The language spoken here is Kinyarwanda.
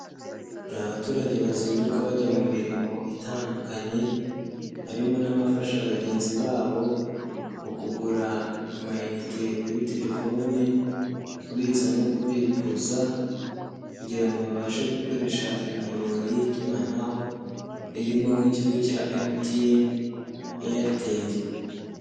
Hari abaturage bazinduka bajya mu mirimo itandukanye, harimo n'abafasha bagenzi babo mu kugura amainnite kuri telefoni, kubitsa no kubikuza kugira ngo babashe gukoresha imiyoboro y'itumanaho, irimo nk'ikigo cya MTN na Airtel.